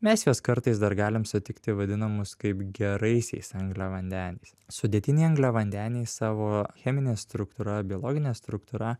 mes juos kartais dar galim sutikti vadinamus kaip geraisiais angliavandeniais sudėtiniai angliavandeniai savo chemine struktūra biologine struktūra